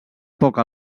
poc